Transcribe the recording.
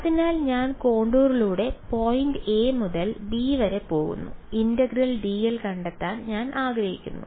അതിനാൽ ഞാൻ കോണ്ടൂരിലൂടെ പോയിന്റ് a മുതൽ b വരെ പോകുന്നു ഇന്റഗ്രൽ dl കണ്ടെത്താൻ ഞാൻ ആഗ്രഹിക്കുന്നു